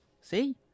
See